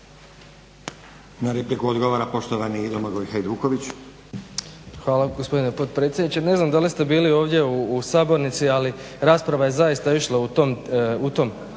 Na repliku odgovara poštovani Domagoj Hajduković. **Hajduković, Domagoj (SDP)** Hvala gospodine potpredsjedniče. Ne znam da li ste bili ovdje u sabornici, ali rasprava je zaista išla u tom